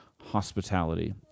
hospitality